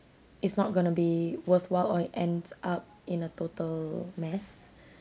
it's not going to be worthwhile or it ends up in a total mess